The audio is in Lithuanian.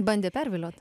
bandė perviliot